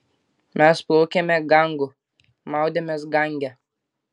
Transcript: mes plaukėme gangu maudėmės gange